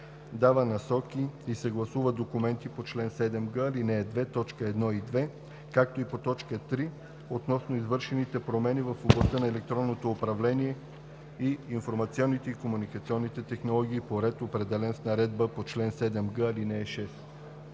дава насоки и съгласува документите по чл. 7г, ал. 2, т. 1 и 2, както и по т. 3, относно извършените промени в областта на електронното управление и информационните и комуникационните технологии, по ред, определен с наредбата по чл. 7г, ал. 6;